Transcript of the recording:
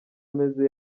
ameze